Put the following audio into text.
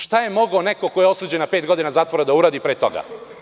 Šta je mogao neko ko je osuđen na pet godina zatvora da uradi pre toga?